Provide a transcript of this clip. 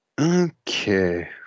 Okay